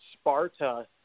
Sparta